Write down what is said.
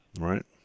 Right